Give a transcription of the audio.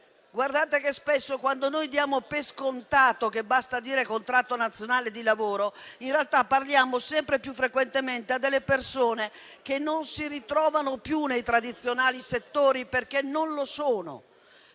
lavoratrici. Spesso, quando diamo per scontato che basti dire "contratto nazionale di lavoro", in realtà parliamo sempre più frequentemente a persone che non si ritrovano più nei tradizionali settori, perché non lo sono,